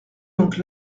donc